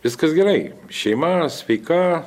viskas gerai šeima sveika